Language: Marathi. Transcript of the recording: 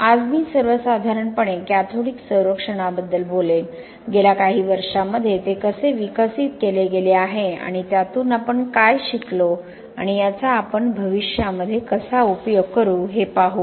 आज मी सर्वसाधारणपणे कॅथोडिक संरक्षणाबद्दल बोलेन गेल्या काही वर्षांमध्ये ते कसे विकसित केले गेले आहे आणि त्यातून आपण काय शिकलो आणि याचा आपण भविष्यामध्ये कसा उपयोग करू हे पाहू